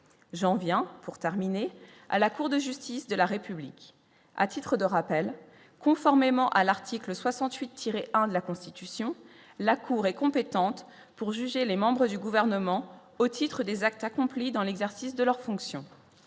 j'en viens pour terminer à la Cour de justice de la République à titre de rappel, conformément à l'article 68, tiré de la Constitution, la Cour est compétente pour juger les membres du gouvernement, au titre des actes accomplis dans l'exercice de leurs fonctions,